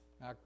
Now